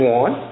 one